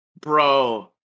bro